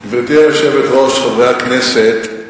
גברתי היושבת-ראש, חברי הכנסת,